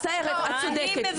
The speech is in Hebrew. סליחה, מצטערת, את צודקת.